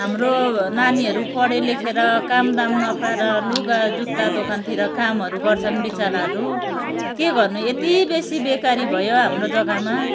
हाम्रो नानीहरू पढे लेखेर कामदाम नपाएर लुगा जुत्ता दोकानतिर कामहरू गर्छन् बिचराहरू के गर्नु यति बेसी बेकारी भयो हाम्रो जग्गामा